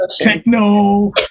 techno